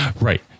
Right